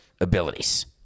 abilities